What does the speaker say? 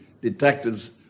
detectives